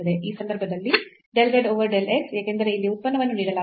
ಈ ಸಂದರ್ಭದಲ್ಲಿ del z over del x ಏಕೆಂದರೆ ಇಲ್ಲಿ ಉತ್ಪನ್ನವನ್ನು ನೀಡಲಾಗಿಲ್ಲ